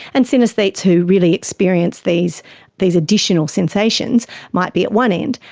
and synaesthetes who really experience these these additional sensations might be at one end.